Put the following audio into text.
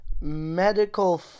medical